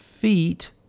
feet